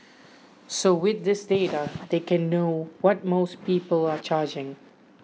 so with this data they can know what most people are charging